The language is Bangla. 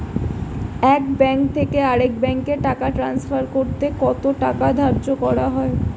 এক ব্যাংক থেকে আরেক ব্যাংকে টাকা টান্সফার করতে কত টাকা ধার্য করা হয়?